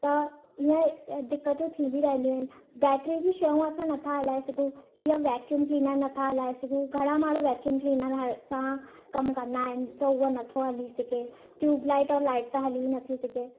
त इएं दिक़तूं थींदी रहंदियूं आहिनि बैटरी जी शयूं असां न था हलाए सघूं जीअं वैक्यूम क्लीनर न था हलाए सघूं घणा माण्हू वैक्यूम क्लीनर सां कमु कंदा आहिनि त उहो न थो हली सघे ट्यूब लाइट ऐं लाइट त हली न थी सघे